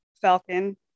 Falcon